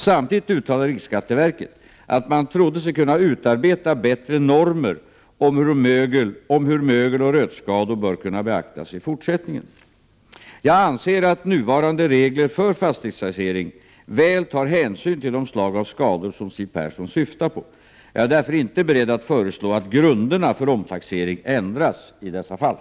Samtidigt uttalade riksskatteverket att man trodde sig kunna utarbeta bättre normer för hur mögeloch rötskador bör kunna beaktas i fortsättningen. Jag anser att nuvarande regler för fastighetstaxering tar väl hänsyn till de slag av skador som Siw Persson syftar på. Jag är därför inte beredd att föreslå att grunderna för omtaxering ändras i dessa fall.